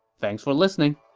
thanks for listening